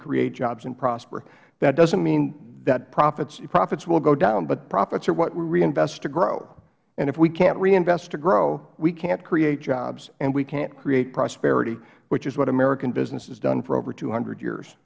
create jobs and prosper that doesn't mean that profits will go down but profits are what we reinvest to grow and if we can't reinvest to grow we can't create jobs and we can't create prosperity which is what american business has done for over two hundred years